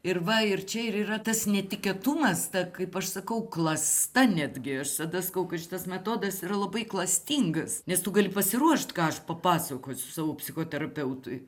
ir va ir čia ir yra tas netikėtumas kaip aš sakau klasta netgi aš tada sakau kad šitas metodas yra labai klastingas nes tu gali pasiruošt ką aš papasakosiu savo psichoterapeutui